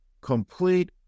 complete